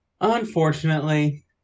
Unfortunately